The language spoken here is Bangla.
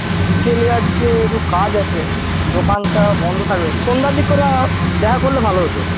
বিকেলে আজকে একটু কাজ আছে দোকানটা বন্ধ থাকবে সন্ধ্যার দিক করে দেখা করলে ভালো হতো